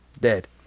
dead